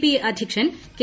P അധ്യക്ഷൻ K